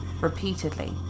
repeatedly